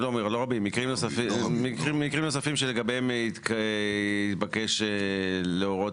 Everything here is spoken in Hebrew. לא רבים מקרים נוספים שלגביהם התבקש להורות